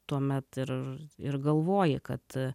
tuomet ir ir galvoji kad